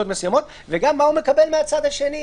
וגם מה הוא מקבל מהצד השני,